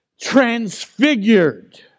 transfigured